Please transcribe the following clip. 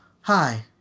Hi